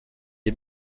est